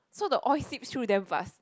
so the oil sip through damn fast